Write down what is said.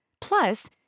Plus